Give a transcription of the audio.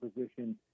position